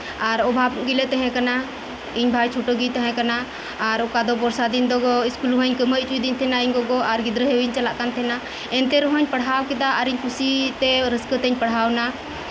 ᱟᱨ ᱚᱵᱷᱟᱵ ᱜᱮᱞᱮ ᱛᱟᱦᱮᱸᱠᱟᱱᱟ ᱤᱧ ᱵᱷᱟᱭ ᱪᱷᱳᱴᱳ ᱜᱮᱭ ᱛᱟᱦᱮᱸᱠᱟᱱᱟ ᱟᱨ ᱚᱠᱟᱫᱚ ᱵᱚᱨᱥᱟ ᱫᱤᱱ ᱫᱚ ᱤᱥᱠᱩᱞ ᱦᱚᱸᱭ ᱠᱟᱹᱢᱦᱟᱹᱭ ᱦᱚᱪᱚᱭᱤᱫᱤᱧ ᱛᱟᱦᱮᱸᱱᱟ ᱤᱧ ᱜᱚᱜᱚ ᱟᱨ ᱜᱤᱫᱽᱨᱟᱹ ᱦᱮᱢᱮᱧ ᱪᱟᱞᱟᱜ ᱠᱟᱱ ᱛᱟᱦᱮᱸᱱᱟ ᱮᱱᱛᱮ ᱨᱮᱦᱚᱸᱧ ᱯᱟᱲᱦᱟᱣ ᱠᱮᱫᱟ ᱟᱨ ᱠᱩᱥᱤ ᱛᱮ ᱨᱟᱹᱥᱠᱟᱹ ᱛᱤᱧ ᱯᱟᱲᱦᱟᱣ ᱮᱱᱟ